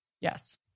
Yes